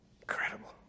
Incredible